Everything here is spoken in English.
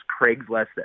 Craigslist